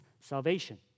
salvation